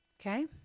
Okay